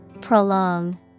Prolong